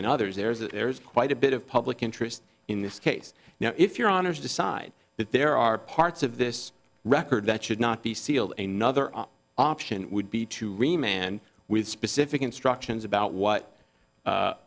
and others there is that there is quite a bit of public interest in this case now if your honour's decide that there are parts of this record that should not be sealed a nother option would be to re man with specific instructions about what